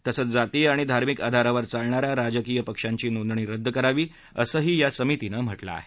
तसंच जातीय आणि धार्मिक आधारावर चालणा या राजकीय पक्षांची नोंदणी रद्द करावी असंही या समितीनं म्हटलं आहे